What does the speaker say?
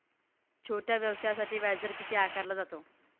छोट्या व्यवसायासाठी व्याजदर किती आकारला जातो?